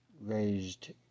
raised